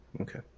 Okay